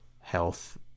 health